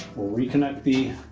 we'll reconnect the